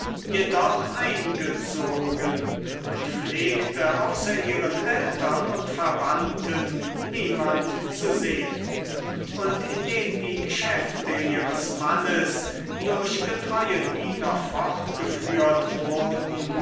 jedoch eingezogen und pflegte außer ihren eltern und verwandten niemand zu sehen und indem die geschäfte ihres mannes durch getreue diener fortgeführt wurden